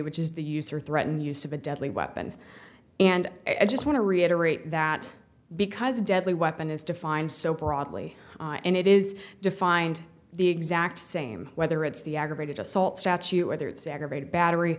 which is the use or threaten use of a deadly weapon and i just want to reiterate that because a deadly weapon is defined so broadly and it is defined the exact same whether it's the aggravated assault statute whether it's aggravated battery